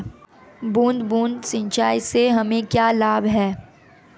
बूंद बूंद सिंचाई से हमें क्या लाभ है?